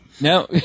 No